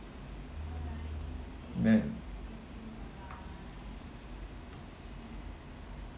that